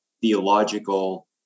theological